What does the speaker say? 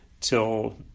till